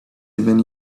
even